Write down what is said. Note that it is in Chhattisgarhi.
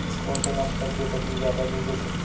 कोन से नस्ल के बकरी जादा दूध देथे